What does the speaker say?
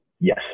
Yes